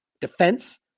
Defense